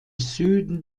süden